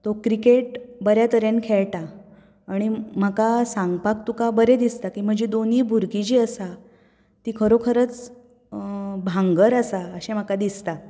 तो क्रिकेट बऱ्या तरेन खेळटा आनी म्हाका सांगपाक तुका बरें दिसता की म्हजी दोनींय भुरगीं जीं आसा तीं खरोखरच भांगर आसा अशें म्हाका दिसता